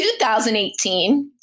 2018